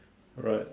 right